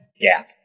gap